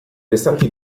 restanti